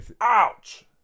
Ouch